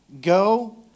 go